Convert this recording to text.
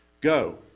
go